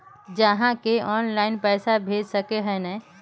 आहाँ के ऑनलाइन पैसा भेज सके है नय?